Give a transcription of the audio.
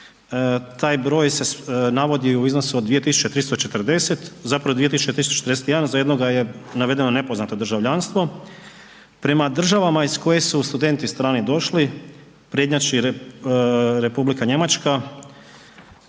taj broj se navodi u iznosu od 2340, zapravo 2341 za jednoga je navedeno nepoznato državljanstvo, prema državama iz kojih su studenti strani došli prednjači Republika Njemačka